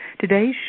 Today's